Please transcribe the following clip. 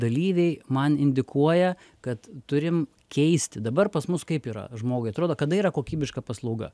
dalyviai man indikuoja kad turim keisti dabar pas mus kaip yra žmogui atrodo kada yra kokybiška paslauga